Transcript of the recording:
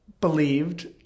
believed